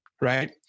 right